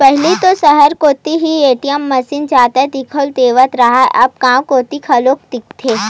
पहिली तो सहर कोती ही ए.टी.एम मसीन जादा दिखउल देवत रहय अब गांव कोती घलोक दिखथे